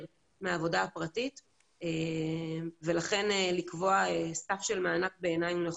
מהעבודה הפרטית ולכן לקבוע סף של מענק בעיניי הוא נכון.